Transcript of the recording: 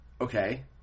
Okay